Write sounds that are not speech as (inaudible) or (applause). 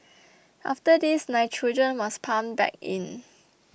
(noise) after this nitrogen was pumped back in